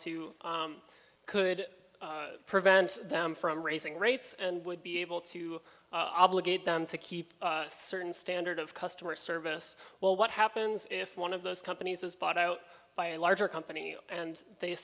to could prevent them from raising rates and would be able to obligate them to keep a certain standard of customer service well what happens if one of those companies is bought out by a larger company and they